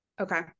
Okay